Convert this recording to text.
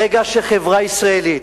ברגע שהחברה הישראלית,